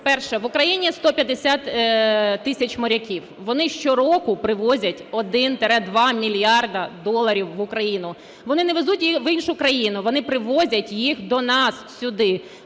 Перше, в Україні 150 тисяч моряків, вони щороку привозять 1-2 мільярди доларів в Україну. Вони не везуть в іншу країну, вони привозять їх до нас, сюди.